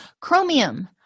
Chromium